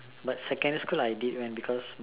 but secondary school I did when because